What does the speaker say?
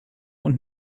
und